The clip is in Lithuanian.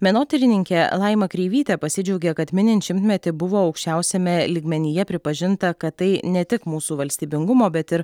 menotyrininkė laima kreivytė pasidžiaugė kad minint šimtmetį buvo aukščiausiame lygmenyje pripažinta kad tai ne tik mūsų valstybingumo bet ir